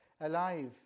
alive